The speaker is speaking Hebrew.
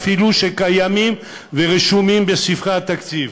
אפילו שהם קיימים ורשומים בספרי התקציב,